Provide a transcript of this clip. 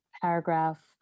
paragraph